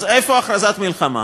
אז איפה הכרזת מלחמה?